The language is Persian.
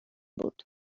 بود